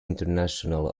international